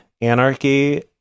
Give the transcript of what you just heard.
anarchy